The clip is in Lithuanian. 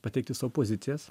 pateikti savo pozicijas